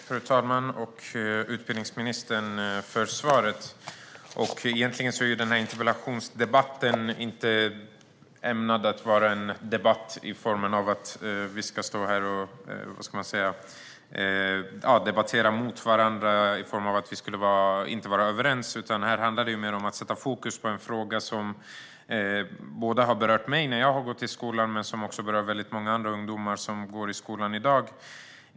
Fru talman! Tack, utbildningsministern, för svaret! Den här interpellationsdebatten är inte ämnad för att vi ska debattera mot varandra på grund av att vi inte skulle vara överens. Här handlar det mer om att sätta fokus på en fråga som både berörde mig när jag gick i skolan och berör många ungdomar som går i skolan i dag.